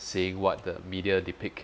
saying what the media depict